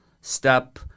step